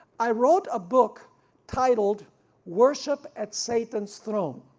i wrote a book titled worship at satan's throne,